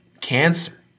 cancer